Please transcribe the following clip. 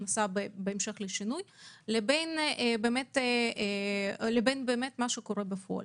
הכנסה בהתאם לשינוי ובין מה שקורה בפועל.